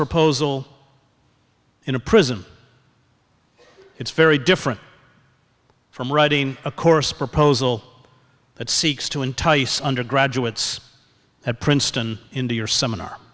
proposal in a prison it's very different from writing a course proposal that seeks to entice undergraduates at princeton into your seminar